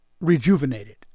rejuvenated